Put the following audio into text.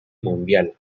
mundial